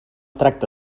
tracta